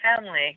family